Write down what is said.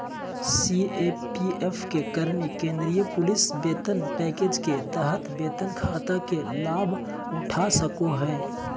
CAPF के कर्मि केंद्रीय पुलिस वेतन पैकेज के तहत वेतन खाता के लाभउठा सको हइ